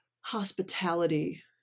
hospitality